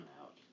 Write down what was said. out